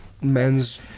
men's